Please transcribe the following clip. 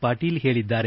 ಪಾಟೀಲ್ ಹೇಳಿದ್ದಾರೆ